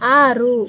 ಆರು